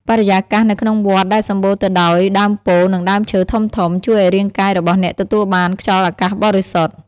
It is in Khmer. បរិយាកាសនៅក្នុងវត្តដែលសំបូរទៅដោយដើមពោធិ៍ និងដើមឈើធំៗ ជួយឱ្យរាងកាយរបស់អ្នកទទួលបានខ្យល់អាកាសបរិសុទ្ធ។